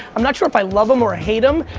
i'm not sure if i love them or hate them.